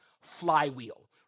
Flywheel